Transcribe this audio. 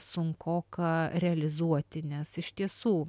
sunkoka realizuoti nes iš tiesų